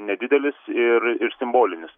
nedidelis ir ir simbolinis